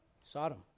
Sodom